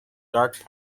dark